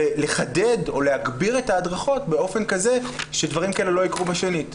ולחדד או להגביר את ההדרכות באופן כזה שדברים כאלה לא יקרו בשנית.